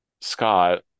scott